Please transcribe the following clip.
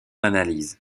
analyse